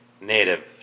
native